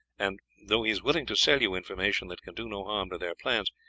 and though he is willing to sell you information that can do no harm to their plans,